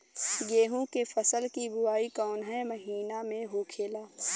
गेहूँ के फसल की बुवाई कौन हैं महीना में होखेला?